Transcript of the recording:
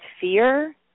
fear